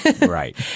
Right